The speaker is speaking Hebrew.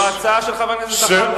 זו הצעה של חבר הכנסת זחאלקה.